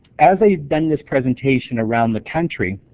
as i've done this presentation around the country,